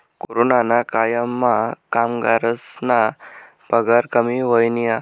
कोरोनाना कायमा कामगरस्ना पगार कमी व्हयना